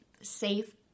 safe